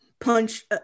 punch